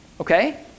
okay